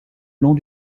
long